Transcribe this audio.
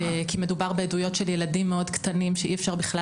כי מדובר בעדויות של ילדים מאוד קטנים שאי-אפשר בכלל